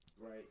right